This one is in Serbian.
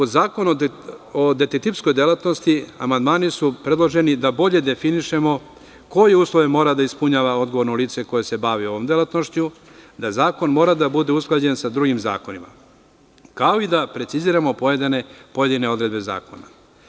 Na zakon o detektivskoj delatnosti amandmani su predloženi da bolje definišemo koje uslove mora da ispunjava odgovorno lice koje se bavi ovom delatnošću, da zakon mora da bude usklađen sa drugim zakonima, kao i da preciziramo pojedine odredbe zakona.